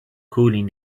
cooling